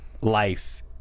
life